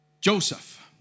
Joseph